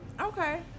Okay